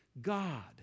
God